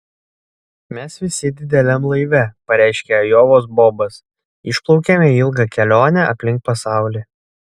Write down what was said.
mes visi dideliam laive pareiškė ajovos bobas išplaukiame į ilgą kelionę aplink pasaulį